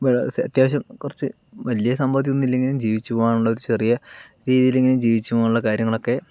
അത്യാവശ്യം കുറച്ച് വലിയ സമ്പാദ്യം ഒന്നും ഇല്ലെങ്കിലും ജീവിച്ചു പോകാനുള്ള ഒരു ചെറിയ രീതിയിലെങ്കിലും ജീവിച്ചു പോകാനുള്ള കാര്യങ്ങളൊക്കെ